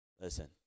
Listen